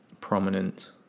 prominent